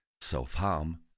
self-harm